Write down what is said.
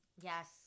Yes